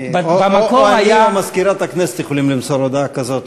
או אני או מזכירת הכנסת יכולים למסור הודעה כזאת.